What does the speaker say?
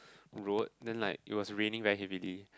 road then like it was raining heavily